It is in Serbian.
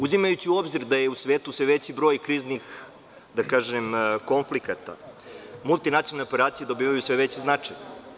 Uzimajući u obzir, da je u svetu sve veći broj kriznih konflikata, multinacionalne operacije dobijaju sve veći značaj.